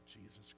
Jesus